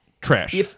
Trash